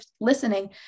listening